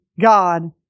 God